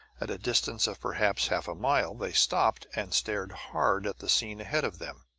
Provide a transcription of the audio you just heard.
at a distance of perhaps half a mile they stopped and stared hard at the scene ahead of them.